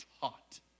taught